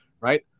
right